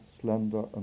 slender